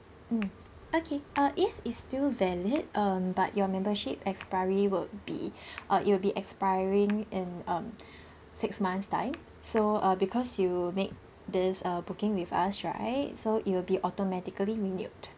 mm okay uh yes it's still valid um but your membership expiry would be uh it will be expiring in um six months time so uh because you make this uh booking with us right so it will be automatically renewed